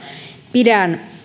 pidän